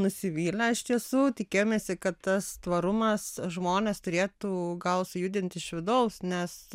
nusivylę iš tiesų tikėjomėsi kad tas tvarumas žmones turėtų gal sujudint iš vidaus nes